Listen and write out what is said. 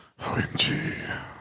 OMG